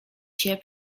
się